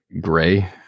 gray